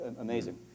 amazing